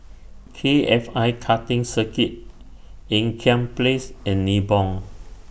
K F I Karting Circuit Ean Kiam Place and Nibong